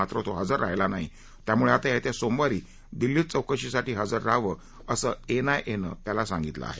मात्र तो हजर राहिला नाही त्यामुळे आता येत्या सोमवारी दिल्लीत चौकशीसाठी हजर रहावं असं एनआयएनं त्याला सांगितलं आहे